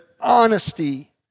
honesty